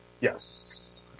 Yes